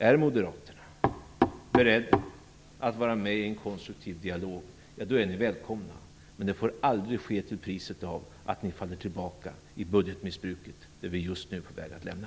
Är moderaterna beredda att vara med i en konstruktiv dialog, då är ni välkomna. Men det får aldrig ske till priset av att ni faller tillbaka i det budgetmissbruk som vi just nu är på väg att lämna.